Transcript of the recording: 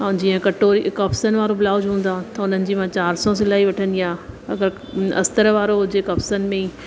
ऐं जीअं कटोरी कफ्सनि वारो ब्लाउज हूंदो आहे त हुननि जी मां चारि सौ सिलाई वठंदी आहियां अगरि अस्तरु वारो हुजे कफ्सनि में ई